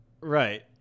Right